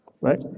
Right